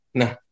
nah